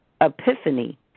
epiphany